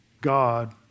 God